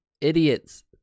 idiots